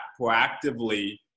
proactively